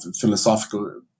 philosophical